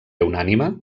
unànime